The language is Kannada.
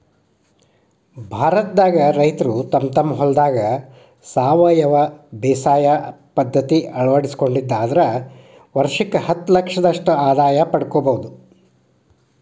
ಭಾರತದಾಗ ರೈತರು ತಮ್ಮ ತಮ್ಮ ಹೊಲದಾಗ ಸಾವಯವ ಬೇಸಾಯ ಪದ್ಧತಿ ಅಳವಡಿಸಿಕೊಂಡಿದ್ದ ಆದ್ರ ವರ್ಷಕ್ಕ ಹತ್ತಲಕ್ಷದಷ್ಟ ಆದಾಯ ಪಡ್ಕೋಬೋದು